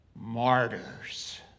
martyrs